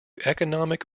economic